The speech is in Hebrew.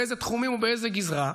באיזה תחומים ובאיזו גזרה.